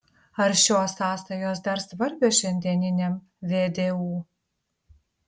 ar šios sąsajos dar svarbios šiandieniniam vdu